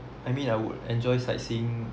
I mean I would enjoy sightseeing